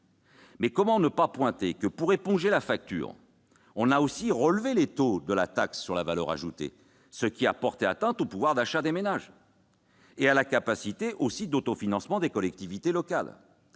Mais comment ne pas souligner que, pour éponger la facture, on a aussi relevé les taux de la taxe sur la valeur ajoutée, ce qui a porté atteinte au pouvoir d'achat des ménages, ainsi qu'à la capacité d'autofinancement des collectivités locales